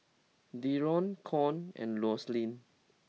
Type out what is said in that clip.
Darron Con and Roselyn